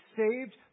saved